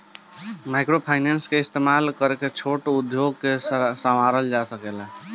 microfinance के इस्तमाल करके छोट उद्योग के सवारल जा सकेला